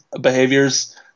behaviors